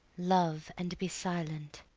love, and be silent.